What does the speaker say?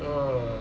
!wah!